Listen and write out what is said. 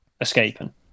escaping